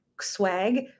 swag